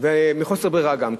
מחוסר ברירה גם,